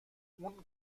اون